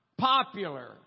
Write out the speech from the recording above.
Popular